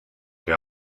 que